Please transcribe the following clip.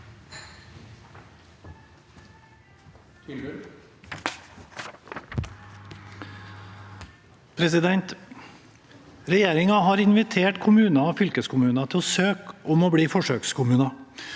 Regjeringen har invitert kommuner og fylkeskommuner til å søke om å bli forsøkskommuner.